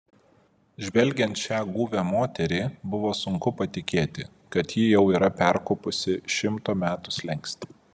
žvelgiant šią guvią moterį buvo sunku patikėti kad ji jau yra perkopusi šimto metų slenkstį